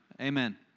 Amen